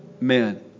man